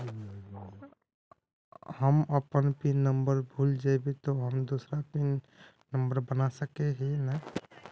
हम अपन pin number भूल जयबे ते हम दूसरा पिन नंबर बना सके है नय?